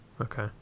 Okay